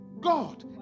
God